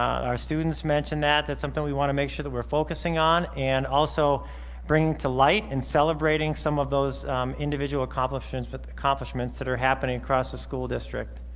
our students mentioned that. that's something we want to make sure that we're focusing on and also bringing to light and celebrating some of those individual accomplishments but the accomplishments that are happening across the school district.